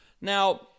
Now